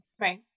right